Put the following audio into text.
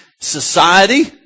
society